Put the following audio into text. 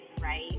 right